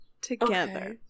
together